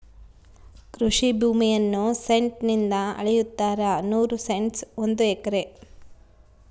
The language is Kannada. ಕೃಷಿ ಭೂಮಿಯನ್ನು ಸೆಂಟ್ಸ್ ನಿಂದ ಅಳೆಯುತ್ತಾರೆ ನೂರು ಸೆಂಟ್ಸ್ ಒಂದು ಎಕರೆ